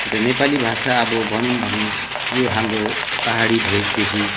र नेपाली भाषा अब भनौँ भने यो हाम्रो पाहाडी भेकदेखि